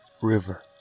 river